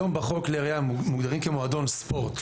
היום בחוק הם מוגדרים כמועדון ספורט,